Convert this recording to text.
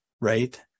right